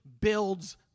builds